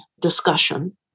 discussion